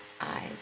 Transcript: Eyes